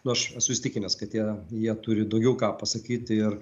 nu aš esu įsitikinęs kad jie jie turi daugiau ką pasakyti ir